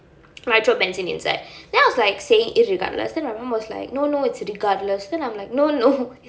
when I put benzene inside then I was like saying irregardless then my mum was like no no it's regardless then I'm like no no